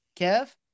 Kev